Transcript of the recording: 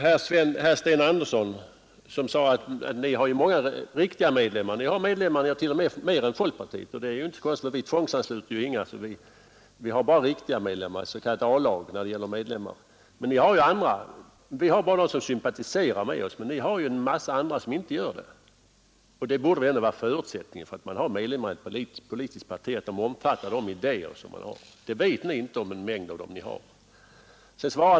Herr Sten Andersson sade att socialdemokraterna har många riktiga medlemmar, t.o.m. flera än folkpartiet. Det är inte så konstigt. Vi tvångsansluter ju inga och kan bara tala om riktiga medlemmar, ett s.k. A-lag. Vi har endast sådana medlemmar som sympatiserar med oss, medan ni har en massa andra som inte sympatiserar med er. En förutsättning för att man skall vara medlem i ett politiskt parti borde väl ändå vara att man omfattar partiets idéer. Det vet ni inte om en mängd medlemmar som ni har.